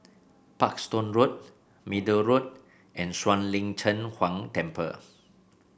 Parkstone Road Middle Road and Shuang Lin Cheng Huang Temple